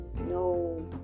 No